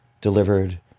delivered